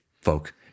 folk